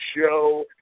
show